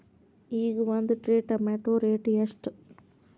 ಈಗ ಒಂದ್ tray tomato rate ಎಷ್ಟ?